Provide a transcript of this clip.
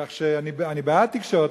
כך שאני בעד תקשורת,